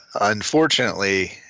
Unfortunately